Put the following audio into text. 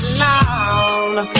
long